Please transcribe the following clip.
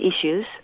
issues